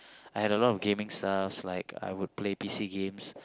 I had a lot of gaming stuff like I would play P_C games